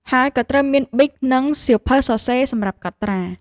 ហើយក៏ត្រូវមាន ប៊ិក និងសៀវភៅសរសេរសម្រាប់កត់ត្រា។